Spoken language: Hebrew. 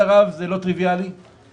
הישיבה היא עם נציגי משרדי ממשלה.